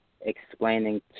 explaining